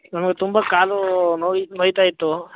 ನಮ್ಗೆ ತುಂಬ ಕಾಲು ನೋಯ್ ನೋಯ್ತಾ ಇತ್ತು